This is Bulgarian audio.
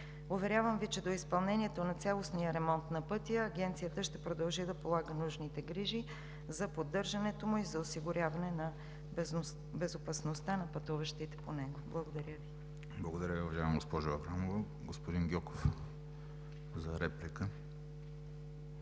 Уверявам Ви, че до изпълнението на цялостния ремонт на пътя Агенцията ще продължи да полага нужните грижи за поддържането му и за осигуряване на безопасността на пътуващите по него. Благодаря Ви. ПРЕДСЕДАТЕЛ ВЕСЕЛИН МАРЕШКИ: Благодаря Ви, уважаема госпожо Аврамова. Господин Гьоков – за реплика.